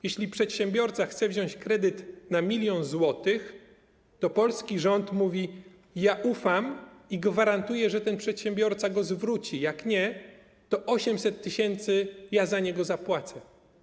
Jeśli przedsiębiorca chce wziąć kredyt na 1 mln zł, to polski rząd mówi: Ja mu ufam i gwarantuję, że ten przedsiębiorca go zwróci, a jak nie, to 800 tys. za niego zapłacę.